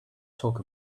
talk